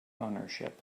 ownership